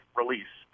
release